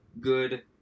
good